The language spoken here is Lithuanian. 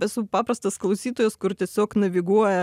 esu paprastas klausytojas kur tiesiog naviguoja